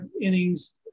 innings